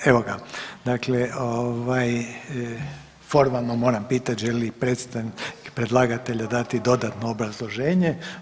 Ovaj, evo ga, dakle ovaj, formalno moram pitati želi li predstavnik predlagatelja dati dodatno obrazloženje?